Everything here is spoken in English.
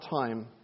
time